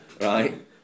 right